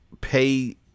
pay